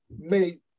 made